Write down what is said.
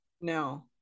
No